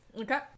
Okay